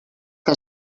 que